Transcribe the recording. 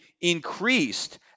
increased